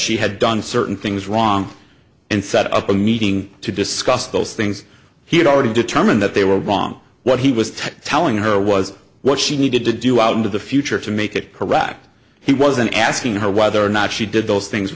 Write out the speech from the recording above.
she had done certain things wrong and set up a meeting to discuss those things he had already determined that they were wrong what he was telling her was what she needed to do out into the future to make it correct he wasn't asking her whether or not she did those things